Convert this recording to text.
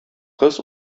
кыз